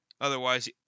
Otherwise